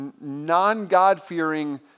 non-God-fearing